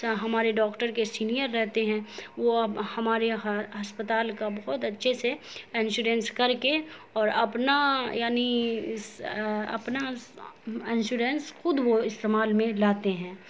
ہمارے ڈاکٹر کے سینئر رہتے ہیں وہ اب ہمارے ہسپتال کا بہت اچھے سے انشورنس کر کے اور اپنا یعنی اپنا انشورنس خود وہ استعمال میں لاتے ہیں